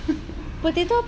potato apa